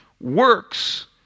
works